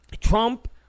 Trump